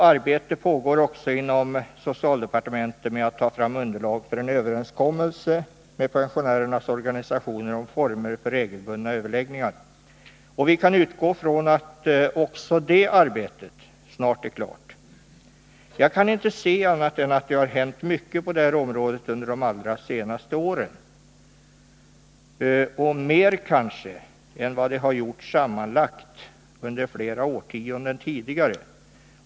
Arbete pågår också inom socialdepartementet med att ta fram underlag för en överenskommelse med pensionärernas organisationer om formerna för regelbundna överläggningar. Vi kan utgå från att också det arbetet snart är klart. Jag kan inte se annat än att det har hänt mycket på det här området under de allra senaste åren — kanske mer än vad som sammanlagt har skett under flera årtionden tidigare.